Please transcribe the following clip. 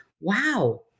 wow